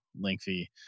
lengthy